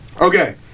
Okay